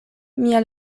mia